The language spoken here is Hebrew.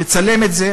תצלם את זה,